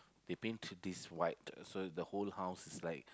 they paint this white so the whole house is like